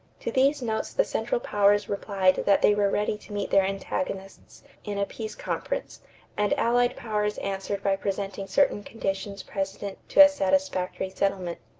to these notes the central powers replied that they were ready to meet their antagonists in a peace conference and allied powers answered by presenting certain conditions precedent to a satisfactory settlement.